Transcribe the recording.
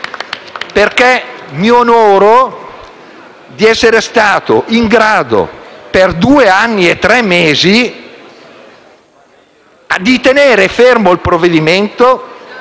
perché mi onoro di essere stato in grado, per due anni e tre mesi, di tenere fermo il provvedimento